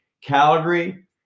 Calgary